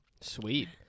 sweet